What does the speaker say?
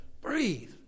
Breathe